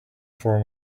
form